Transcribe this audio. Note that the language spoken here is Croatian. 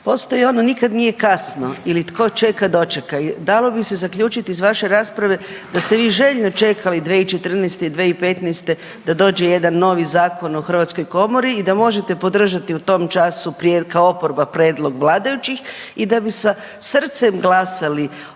Postoji ono nikad nije kasno ili tko čeka, dočeka. Dalo bi se zaključiti iz vaše rasprave da ste vi željno čekali 2014. i 2015. da dođe jedan novi zakon o hrvatskoj komori i da možete podržati u tom času .../nerazumljivo/... kao oporba prijedlog vladajućih i da bi sa srcem glasali